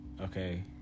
okay